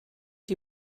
die